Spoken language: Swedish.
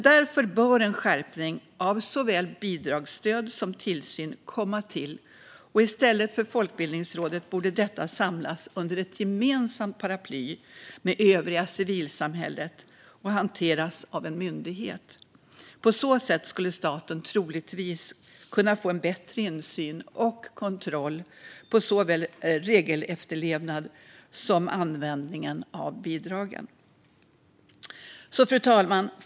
Därför bör en skärpning av såväl bidragsstöd som tillsyn komma till, och i stället för att ligga hos Folkbildningsrådet borde detta samlas under ett gemensamt paraply med övriga civilsamhället och hanteras av en myndighet. På så sätt skulle staten troligtvis kunna få en bättre insyn i och kontroll av såväl regelefterlevnad som användning av bidragen. Fru talman!